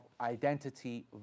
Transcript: identity